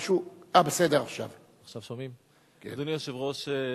אדוני היושב-ראש,